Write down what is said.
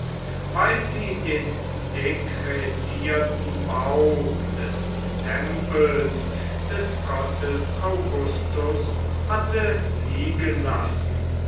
weil sie den dekretierten bau des tempels des gottes augustus hatte liegenlassen